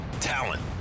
talent